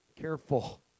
careful